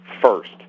first